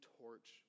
torch